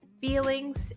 feelings